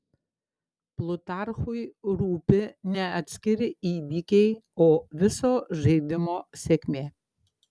plutarchui rūpi ne atskiri įvykiai o viso žaidimo sėkmė